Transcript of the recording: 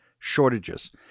shortages